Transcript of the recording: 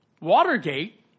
Watergate